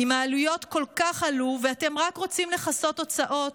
אם העלויות כל כך עלו ואתם רק רוצים לכסות הוצאות,